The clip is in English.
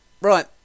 Right